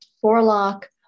forelock